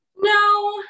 No